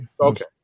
Okay